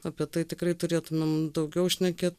apie tai tikrai turėtumėm daugiau šnekė